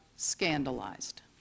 scandalized